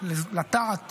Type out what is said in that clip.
לטעת